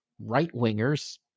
right-wingers